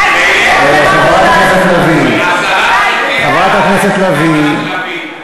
חברת הכנסת לביא, חברת הכנסת לביא.